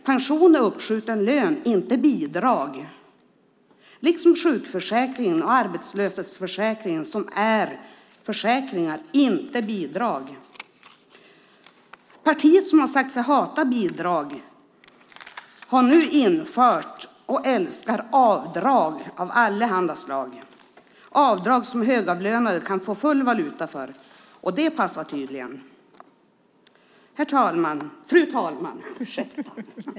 Pension är uppskjuten lön, inte bidrag, liksom sjukförsäkringen och arbetslöshetsförsäkringen är försäkringar, inte bidrag. Det parti som har sagt sig hata bidrag har nu infört och älskar avdrag av allehanda slag. Det är avdrag som högavlönade kan få full valuta för. Det passar tydligen. Fru talman!